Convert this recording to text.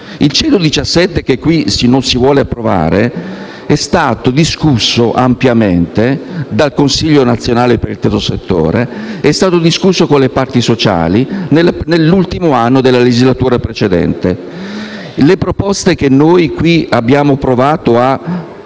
che qui non si vuole approvare, è stato discusso ampiamente dal Consiglio nazionale del terzo settore e con le parti sociali nell'ultimo anno della legislatura precedente. Le proposte che abbiamo provato a